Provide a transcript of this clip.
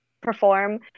perform